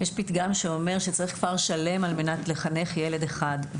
יש פתגם שאומר שצריך כפר שלם על מנת לחנך ילד אחד,